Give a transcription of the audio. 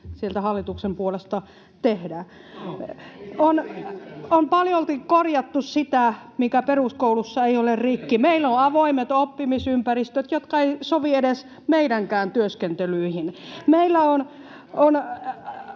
kokoomuksen ryhmästä] On paljolti korjattu sitä, mikä peruskoulussa ei ole rikki. Meillä on avoimet oppimisympäristöt, jollaiset eivät sovi edes meidänkään työskentelyihin, meillä on